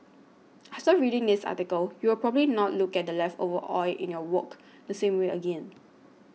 after reading this article you will probably not look at the leftover oil in your wok the same way again